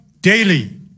daily